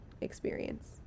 experience